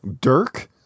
Dirk